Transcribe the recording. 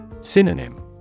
Synonym